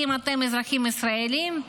אם אתם אזרחים ישראלים,